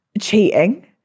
cheating